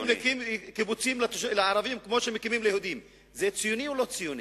האם להקים קיבוצים לערבים כמו שמקימים ליהודים זה ציוני או לא ציוני?